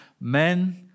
Men